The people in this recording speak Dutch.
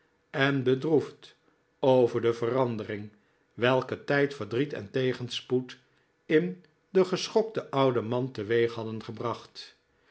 en bedroefd over de verandering welke tijd verdriet en tegenspoed in den geschokten ouden man teweeg hadden gebracht